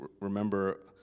remember